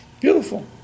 Beautiful